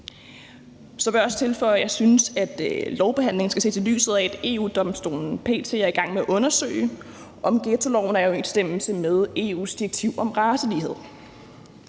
Så bør jeg også tilføje, at jeg synes, at lovbehandlingen skal ses, i lyset af at EU-Domstolen p.t. er i gang med at undersøge, om ghettoloven er i overensstemmelse med EU's direktiv om racelighed.